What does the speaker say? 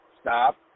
stop